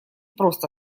просто